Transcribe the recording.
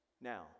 Now